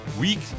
week